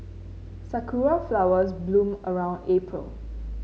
sakura flowers bloom around April